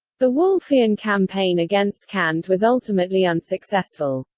the wolffian campaign against kant was ultimately unsuccessful.